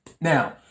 Now